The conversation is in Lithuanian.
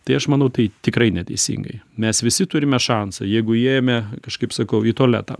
tai aš manau tai tikrai neteisingai mes visi turime šansą jeigu jie ėmė aš kaip sakau į tualetą